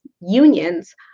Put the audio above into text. unions